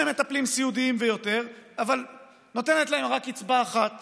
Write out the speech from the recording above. מטפלים סיעודיים ויותר אבל נותנת להם רק קצבה אחת